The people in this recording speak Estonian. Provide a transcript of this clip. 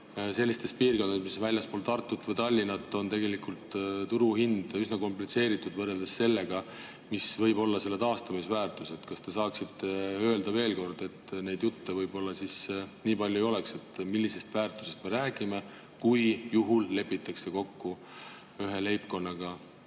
sellistes piirkondades, mis on väljaspool Tartut või Tallinna, on tegelikult turuhind üsna komplitseeritud, võrreldes sellega, mis võib olla selle taastamisväärtus. Kas te saaksite öelda veel kord, et neid jutte võib-olla nii palju ei oleks, millisest väärtusest me räägime, kui lepitakse kokku ühe leibkonnaga